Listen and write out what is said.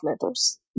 letters